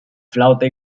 flauta